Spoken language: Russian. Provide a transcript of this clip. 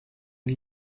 для